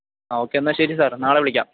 ആ ഓക്കെ എന്നാൽ ശരി സാർ നാളെ വിളിക്കാം